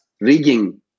rigging